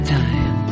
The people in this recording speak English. time